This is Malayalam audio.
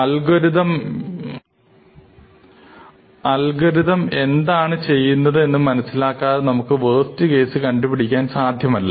അൽഗോരിതം എന്താണ് ചെയ്യുന്നത് എന്ന് മനസ്സിലാക്കാതെ നമുക്ക് വേസ്റ്റ് കേസ് കണ്ടുപിടിക്കാൻ സാധ്യമല്ല